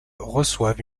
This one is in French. reçoivent